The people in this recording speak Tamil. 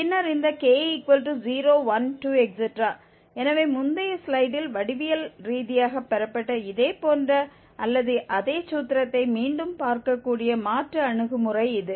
பின்னர் இந்த k012 எனவே முந்தைய ஸ்லைடில் வடிவியல் ரீதியாகப் பெறப்பட்ட இதே போன்ற அல்லது அதே சூத்திரத்தை மீண்டும் பார்க்கக்கூடிய மாற்று அணுகுமுறை இது